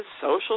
social